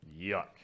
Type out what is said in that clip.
Yuck